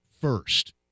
first